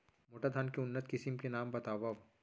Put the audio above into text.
मोटा धान के उन्नत किसिम के नाम बतावव?